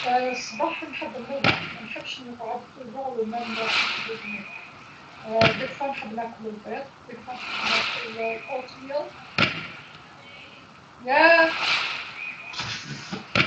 صباح نحب نوع، منحبش نقعد دايما غي هو فطور الصباح مرات نحب ناكل البيض، مرات نحب ناكل أوتميل.